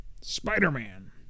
Spider-Man